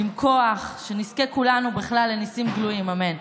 עם כוח, שנזכה כולנו בכלל לניסים גלויים, אמן.